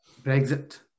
Brexit